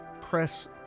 press